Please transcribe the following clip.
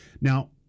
now